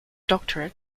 doctorate